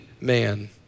man